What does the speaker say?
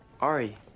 Ari